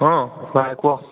ହଁ କୁହ